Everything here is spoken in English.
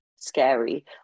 scary